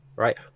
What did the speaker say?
Right